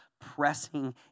pressing